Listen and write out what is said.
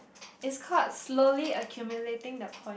it's called slowly accumulating the point